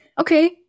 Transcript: okay